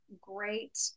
great